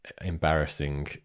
embarrassing